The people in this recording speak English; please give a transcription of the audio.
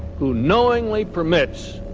who knowingly permits.